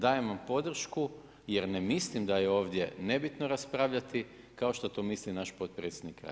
Dajem vam podršku jer ne mislim da je ovdje nebitno raspravljati kao što to misli naš potpredsjednik Reiner.